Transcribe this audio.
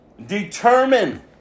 Determine